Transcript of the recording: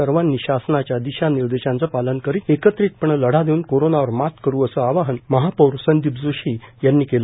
सर्वानी शासनाच्या दिशानिर्देशांचे पालन करीत एकत्रितपणे लढा देऊन कोरोनावर मात करू असे आवाहन महापौर संदीप जोशी यांनी केले